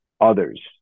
others